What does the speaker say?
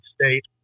state